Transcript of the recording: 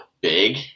big